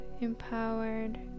empowered